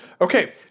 Okay